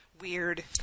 Weird